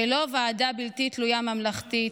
ולא ועדה בלתי תלויה, ממלכתית.